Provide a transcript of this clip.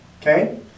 Okay